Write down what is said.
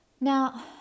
Now